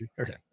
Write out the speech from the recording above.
Okay